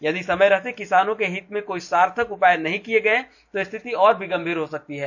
यदि समय रहते किसानों के हित में कोई सार्थक उपाय नही किए गए तो रिथति गंभीर हो सकती है